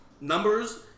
numbers